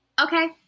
Okay